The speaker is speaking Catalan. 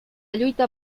lluita